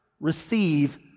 Receive